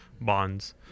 bonds